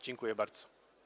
Dziękuję bardzo.